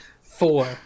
Four